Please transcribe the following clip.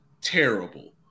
terrible